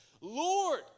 Lord